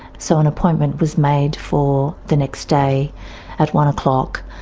so an appointment was made for the next day at one o'clock